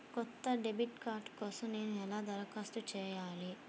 కొత్త debit card కోసం నేను ఎలా దరఖాస్తు చేయాలి?